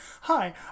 hi